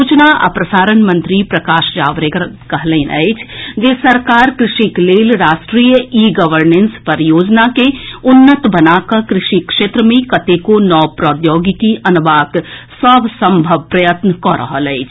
सूचना आ प्रसारण मंत्री प्रकाश जावड़ेकर कहलनि अछि जे सरकार कृषिक लेल राष्ट्रीय ई गवर्नेंस परियोजना के उन्नत बना कऽ कृषि क्षेत्र मे कतेको नव प्रौद्योगिकी अनबाक सभ संभव प्रयत्न कऽ रहल अछि